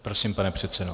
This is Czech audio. Prosím, pane předsedo.